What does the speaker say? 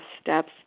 steps